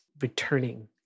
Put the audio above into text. returning